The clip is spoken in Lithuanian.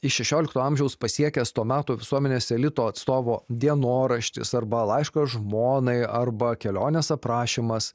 iš šešiolikto amžiaus pasiekęs to meto visuomenės elito atstovo dienoraštis arba laiškas žmonai arba kelionės aprašymas